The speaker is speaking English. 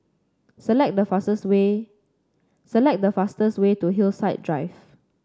select the fastest way select the fastest way to Hillside Drive